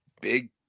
big